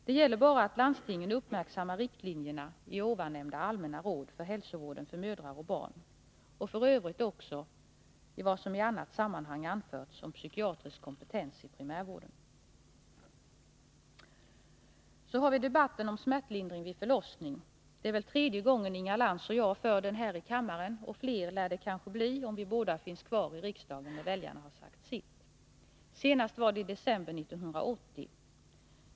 Det gäller bara att landstingen uppmärksammar riktlinjerna i de nämnda allmänna råden för hälsovården för mödrar och barn och f. ö. också vad som i annat sammanhang anförts om psykiatrisk kompetens i primärvården. Så har vi debatten om smärtlindring vid förlossning. Det är väl tredje gången Inga Lantz och jag för den här i kammaren, och fler lär det bli, om vi båda finns kvar i riksdagen, när väljarna sagt sitt! Senast förde vi den här debatten i december 1980.